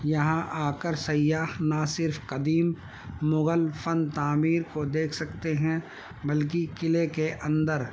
یہاں آ کر سیاح نہ صرف قدیم مغل فن تعمیر کو دیکھ سکتے ہیں بلکہ قلعے کے اندر